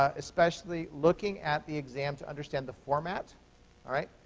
ah especially, looking at the exam to understand the format. all right?